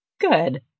Good